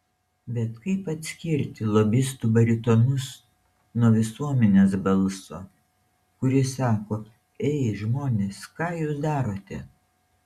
bet kaip atskirti lobistų baritonus nuo visuomenės balso kuris sako ei žmonės ką jūs darote